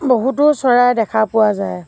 বহুতো চৰাই দেখা পোৱা যায়